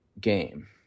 game